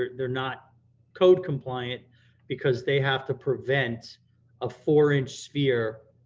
they're not code compliant because they have to prevent a four inch sphere